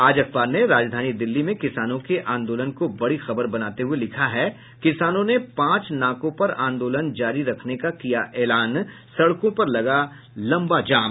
आज अखबार ने राज्यधानी दिल्ली में किसानों के आंदोलन को बड़ी खबर बनाते हुये लिखा है किसानों ने पांच नाकों पर आंदोलन जारी रखने का किया एलान सड़कों पर लगा लम्बा जाम